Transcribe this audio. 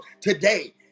today